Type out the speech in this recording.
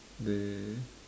they